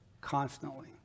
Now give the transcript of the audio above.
constantly